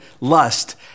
lust